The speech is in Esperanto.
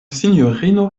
sinjorino